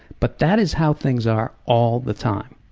but that is how things are all the time.